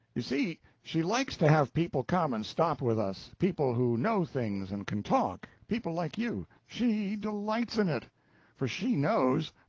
you see, she likes to have people come and stop with us people who know things, and can talk people like you. she delights in it for she knows